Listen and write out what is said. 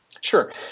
Sure